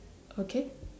okay